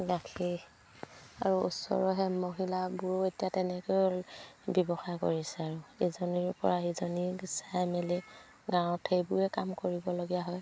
গাখীৰ আৰু ওচৰৰ সেই মহিলাবোৰো এতিয়া তেনেকৈ ব্যৱসায় কৰিছে আৰু ইজনীৰপৰা ইজনী চাই মেলি গাঁৱত সেইবোৰে কাম কৰিবলগীয়া হয়